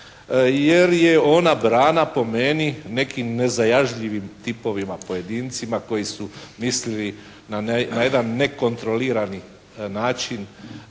jer je ona grana po meni nekim nezajažljivim tipovima, pojedincima koji su mislili na jedan nekontrolirani način